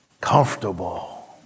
comfortable